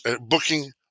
booking